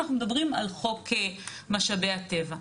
אנחנו מדברים על חוק משאבי הטבע.